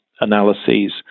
analyses